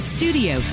Studio